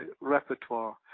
repertoire